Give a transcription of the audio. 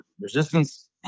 resistance